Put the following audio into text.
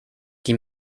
die